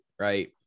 right